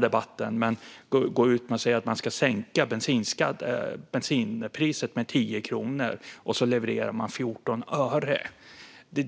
debatten - gå ut med att man ska sänka bensinpriset med 10 kronor och sedan leverera 14 öre.